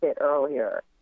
earlier